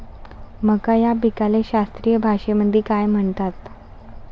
मका या पिकाले शास्त्रीय भाषेमंदी काय म्हणतात?